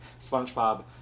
spongebob